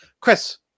Chris